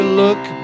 look